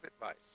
advice